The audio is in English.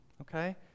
Okay